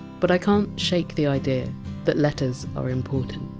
but i can't shake the idea that letters are important